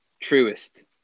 truest